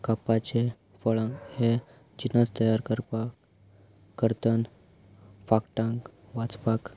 कापपाचें फळां हे चिनस तयार करपाक करतन फाकटांक वाचपाक